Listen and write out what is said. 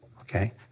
okay